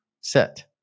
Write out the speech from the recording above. set